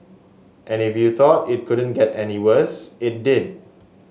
and if you thought it couldn't get any worse it did